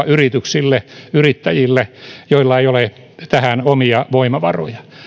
yrityksille yrittäjille joilla ei ole tähän omia voimavaroja